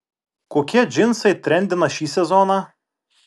kokie džinsai trendina šį sezoną